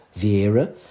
Vieira